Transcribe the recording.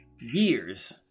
years